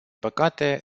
păcate